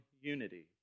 unity